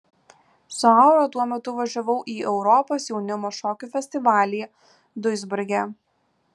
su aura tuo metu važiavau į europos jaunimo šokių festivalį duisburge